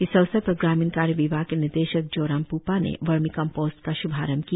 इस अवसर पर ग्रामीण कार्य विभाग के निदेशक जोरम प्पा ने वर्मी कम्पोस्ट का शुभारंभ किया